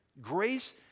Grace